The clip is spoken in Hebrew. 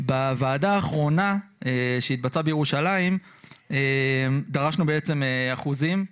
בוועדה האחרונה שהתבצעה בירושלים דרשנו אחוזים,